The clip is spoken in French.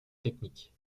technique